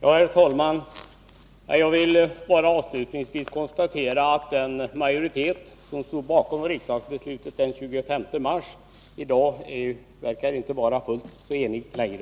Herr talman! Jag vill avslutningsvis bara konstatera att den majoritet som stod bakom riksdagsbeslutet den 25 mars i dag inte verkar vara fullt så enig längre.